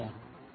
धन्यवाद